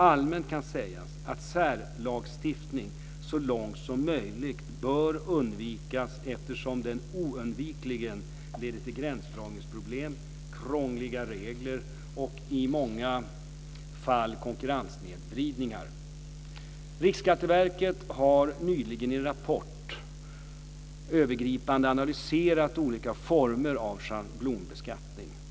Allmänt kan sägas att särlagstiftning så långt som möjligt bör undvikas eftersom den oundvikligen leder till gränsdragningsproblem, krångliga regler och i många fall konkurrenssnedvridningar. Riksskatteverket har nyligen i en rapport övergripande analyserat olika former av schablonbeskattning.